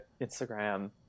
Instagram